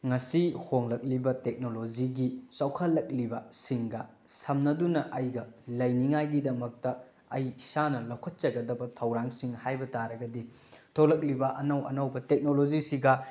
ꯉꯁꯤ ꯍꯣꯡꯂꯛꯂꯤꯕ ꯇꯦꯛꯅꯣꯂꯣꯖꯤꯒꯤ ꯆꯥꯨꯈꯠꯂꯛꯂꯤꯕꯁꯤꯡꯒ ꯁꯝꯅꯗꯨꯅ ꯑꯩꯒ ꯂꯩꯅꯤꯉꯥꯏꯒꯤꯗꯃꯛꯇ ꯑꯩ ꯏꯁꯥꯅ ꯂꯧꯈꯠꯆꯒꯗꯕ ꯊꯧꯔꯥꯡꯁꯤꯡ ꯍꯥꯏꯕ ꯇꯥꯔꯒꯗꯤ ꯊꯣꯛꯂꯛꯂꯤꯕ ꯑꯅꯧ ꯑꯅꯧꯕ ꯇꯦꯛꯅꯣꯂꯣꯖꯤꯁꯤꯒ